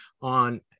on